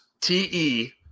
T-E